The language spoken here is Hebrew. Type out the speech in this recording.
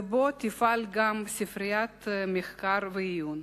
ובו תפעל גם ספריית מחקר ועיון.